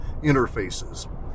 interfaces